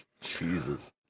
jesus